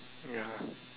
ya